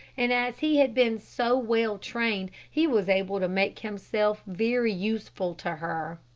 and as he had been so well trained, he was able to make himself very useful to her.